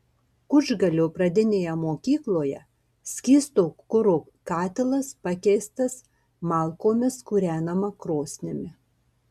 kučgalio pradinėje mokykloje skysto kuro katilas pakeistas malkomis kūrenama krosnimi